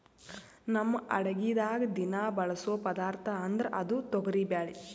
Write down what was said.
ನಮ್ ಅಡಗಿದಾಗ್ ದಿನಾ ಬಳಸೋ ಪದಾರ್ಥ ಅಂದ್ರ ಅದು ತೊಗರಿಬ್ಯಾಳಿ